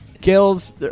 kills